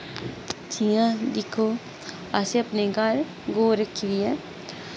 जियां दिक्खो असें अपने घर गौ रक्खी दी ऐ